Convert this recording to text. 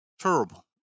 Terrible